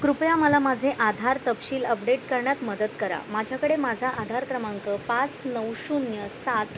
कृपया मला माझे आधार तपशील अपडेट करण्यात मदत करा माझ्याकडे माझा आधार क्रमांक पाच नऊ शून्य सात